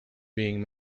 being